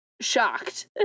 shocked